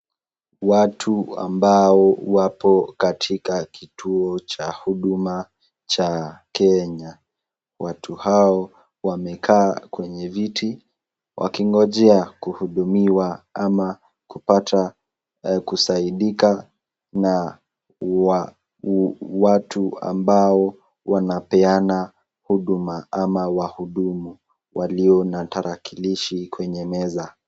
Watu ambao wako katika kituo cha huduma cha Kenya. Watu hao wamekaa kwenye viti wakingojea kuhudumiwa ama kupata kusaidika na watu ambao wanapeana huduma ama wahudumu walio na tarakilishi kwenye meza.